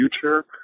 future